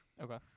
okay